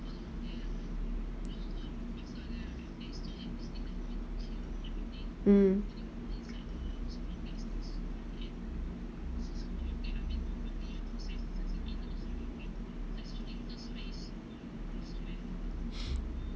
mm